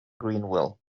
greenville